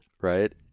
Right